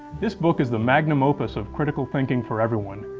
this book is the magnum opus of critical thinking for everyone.